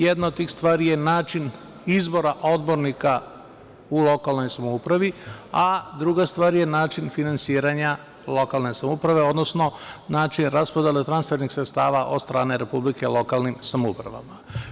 Jedna od tih stvari je način izbora odbornika u lokalnoj samoupravi, a druga stvar je način finansiranja lokalne samouprave, odnosno način raspodele transfernih sredstava od strane Republike lokalnim samoupravama.